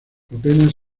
apenas